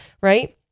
right